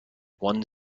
one